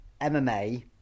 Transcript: MMA